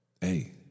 hey